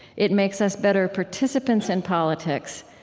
it makes us better participants in politics,